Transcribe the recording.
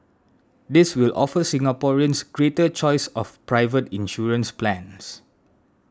this will offer Singaporeans greater choice of private insurance plans